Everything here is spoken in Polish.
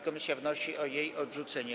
Komisja wnosi o jej odrzucenie.